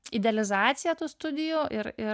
idealizacija tų studijų ir ir